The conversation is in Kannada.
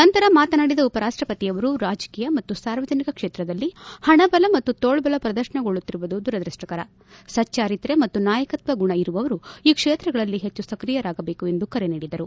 ನಂತರ ಮಾತನಾಡಿದ ಉಪರಾಷ್ಷಪತಿಯವರು ರಾಜಕೀಯ ಮತ್ತು ಸಾರ್ವಜನಿಕ ಕ್ಷೇತ್ರದಲ್ಲಿ ಹಣಬಲ ಮತ್ತು ತೋಳ್ಬಲ ಪ್ರದರ್ಶನಗೊಳ್ಳುತ್ತಿರುವುದು ದುರದೃಷ್ಷಕರ ಸಚ್ಚಾರಿತ್ರ್ಯ ಮತ್ತು ನಾಯಕತ್ವ ಗುಣ ಇರುವವರು ಈ ಕ್ಷೇತ್ರಗಳಲ್ಲಿ ಹೆಚ್ಚು ಸಕ್ರಿಯರಾಗಬೇಕು ಎಂದು ಕರೆ ನೀಡಿದರು